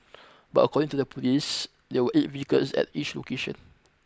but according to the police there were eight vehicles at each location